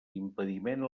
impediment